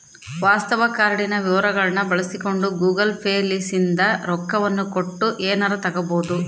ವಾಸ್ತವ ಕಾರ್ಡಿನ ವಿವರಗಳ್ನ ಬಳಸಿಕೊಂಡು ಗೂಗಲ್ ಪೇ ಲಿಸಿಂದ ರೊಕ್ಕವನ್ನ ಕೊಟ್ಟು ಎನಾರ ತಗಬೊದು